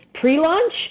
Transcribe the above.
pre-launch